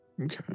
Okay